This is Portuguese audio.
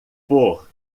for